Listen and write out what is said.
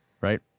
Right